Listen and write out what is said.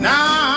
Now